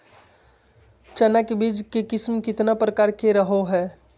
चना के बीज के किस्म कितना प्रकार के रहो हय?